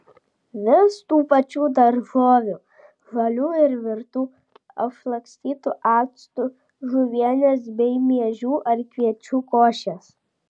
vis tų pačių daržovių žalių ir virtų apšlakstytų actu žuvienės bei miežių ar kviečių košės